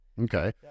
okay